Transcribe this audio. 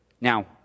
Now